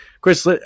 Chris